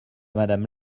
madame